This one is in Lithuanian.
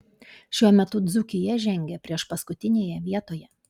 šiuo metu dzūkija žengia priešpaskutinėje vietoje